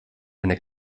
eine